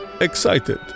excited